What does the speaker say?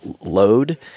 load